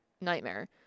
nightmare